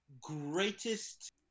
greatest